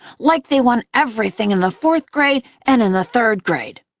like they won everything in the fourth grade and in the third grade.